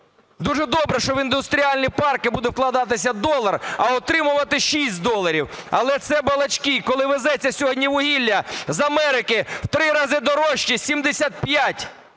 Дуже добре, що в індустріальні парки буде вкладатися долар, а отримувати 6 доларів. Але це балачки, коли везеться сьогодні вугілля з Америки в три рази дорожче, 75